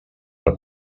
per